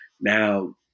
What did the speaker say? Now